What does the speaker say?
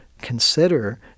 consider